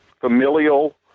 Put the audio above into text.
familial